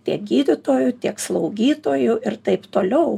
tiek gydytojų tiek slaugytojų ir taip toliau